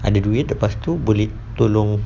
ada duit lepas tu boleh tolong